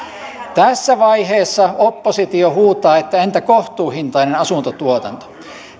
tässä vaiheessa oppositio huutaa että entä kohtuuhintainen asuntotuotanto